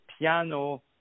piano